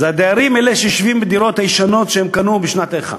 הדיירים שיושבים בדירות הישנות שהם קנו בשנת איכה.